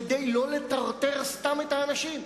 כדי לא לטרטר סתם את האנשים.